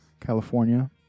California